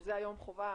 שזה היום חובה